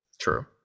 True